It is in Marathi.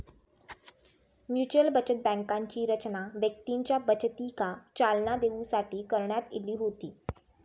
म्युच्युअल बचत बँकांची रचना व्यक्तींच्या बचतीका चालना देऊसाठी करण्यात इली होती